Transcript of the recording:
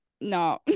no